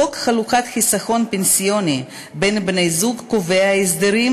חוק חלוקת חיסכון פנסיוני בין בני-זוג קובע הסדרים